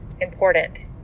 important